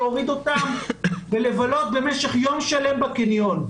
להוריד אותם ולבלות במשך יום שלם בקניון.